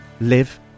live